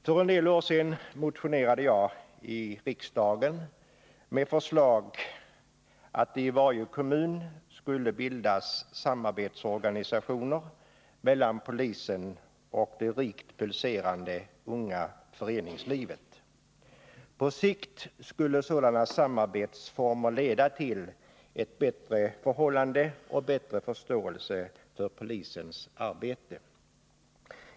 För en del år sedan motionerade jag i riksdagen med förslag att det i varje kommun skulle bildas samarbetsorganisationer mellan polisen och det rikt pulserande unga föreningslivet. På sikt skulle sådana samarbetsformer leda till ett bättre förhållande och bättre förståelse för polisens arbete.